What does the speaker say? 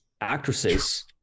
actresses